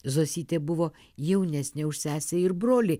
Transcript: zosytė buvo jaunesnė už sesę ir brolį